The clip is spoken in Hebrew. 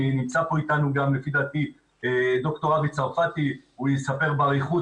נמצא פה איתנו גם לפי דעתי ד"ר אבי צרפתי והוא יספר באריכות